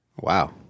Wow